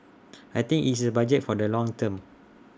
I think it's A budget for the long term